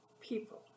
people